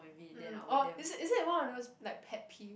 mm orh is it is it one of those like pet peeve